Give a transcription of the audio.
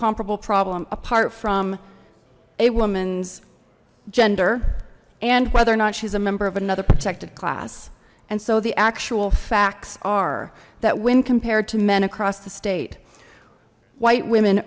comparable problem apart from a woman's gender and whether or not she's a member of another protected class and so the actual facts are that when compared to men across the state white women